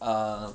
err